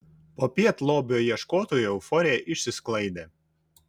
popiet lobio ieškotojų euforija išsisklaidė